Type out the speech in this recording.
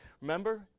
Remember